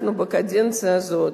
אנחנו בקדנציה הזאת,